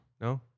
no